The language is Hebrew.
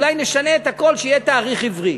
אולי נשנה את הכול שיהיה תאריך עברי.